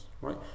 right